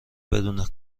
بدون